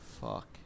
fuck